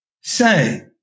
say